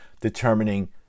determining